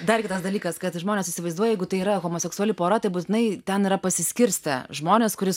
dar kitas dalykas kad žmonės įsivaizduoja jeigu tai yra homoseksuali pora tai būtinai ten yra pasiskirstę žmonės kuris